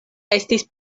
estis